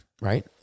right